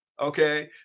Okay